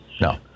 No